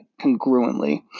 congruently